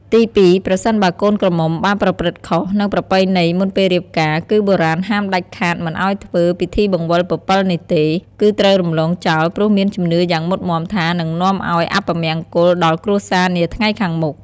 ទីពីរ ប្រសិនបើកូនក្រមុំបានប្រព្រឹត្តខុស នឹងប្រពៃណីមុនពេលរៀបការ គឺបុរាណហាមដាច់ខាតមិនឱ្យធ្វើ ពិធីបង្វិលពពិលនេះទេ គឺត្រូវរំលងចោលព្រោះមានជំនឿយ៉ាងមុតមាំថានឹងនាំឱ្យអពមង្គលដល់គ្រួសារនាថ្ងៃខាងមុខ ។